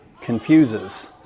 confuses